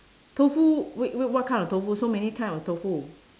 tofu wait wait what kind of tofu so many kind of tofu